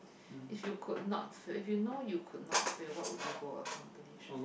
if you could not fail if you know you could not fail what would you go accomplish